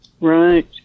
Right